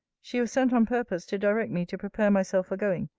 she was sent on purpose to direct me to prepare myself for going,